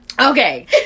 Okay